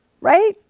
right